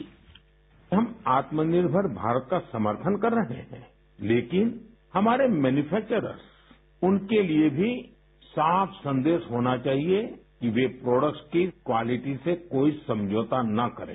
sound bite हम आत्मनिर्भर भारत का समर्थन कर रहे हैं लेकिन हमारे मैन्यूफेक्चर्रस उनके लिए भी साफ सन्देश होना चाहिए कि वे प्रोडक्ट्स की क्वालिटी से कोई समझौता न करें